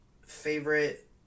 favorite